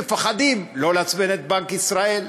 מפחדים לא לעצבן את בנק ישראל,